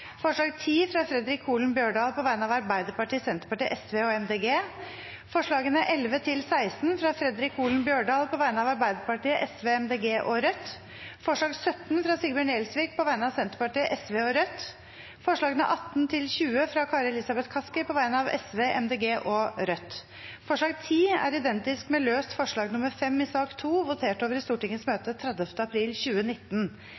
forslag nr. 10, fra Fredric Holen Bjørdal på vegne av Arbeiderpartiet, Senterpartiet, Sosialistisk Venstreparti og Miljøpartiet De Grønne forslagene nr. 11–16, fra Fredric Holen Bjørdal på vegne av Arbeiderpartiet, Sosialistisk Venstreparti, Miljøpartiet De Grønne og Rødt forslag nr. 17, fra Sigbjørn Gjelsvik på vegne av Senterpartiet, Sosialistisk Venstreparti og Rødt forslagene nr. 18–20, fra Kari Elisabeth Kaski på vegne av Sosialistisk Venstreparti, Miljøpartiet De Grønne og Rødt Forslag nr. 10 er identisk med løst forslag nr. 5 i sak nr. 2, votert over i